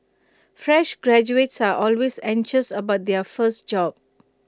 fresh graduates are always anxious about their first job